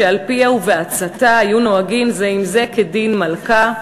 שעל-פיה ובעצתה היו נוהגין זה עם זה כדין מלכה,